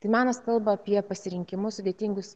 tai menas kalba apie pasirinkimus sudėtingus